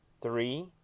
three